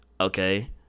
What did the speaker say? Okay